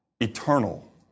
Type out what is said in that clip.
eternal